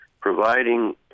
providing